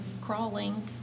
crawling